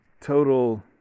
total